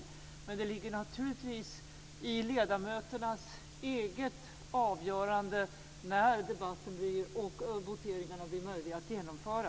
Men det ligger naturligtvis i ledamöternas eget avgörande när debatten och voteringarna blir möjliga att genomföra.